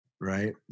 Right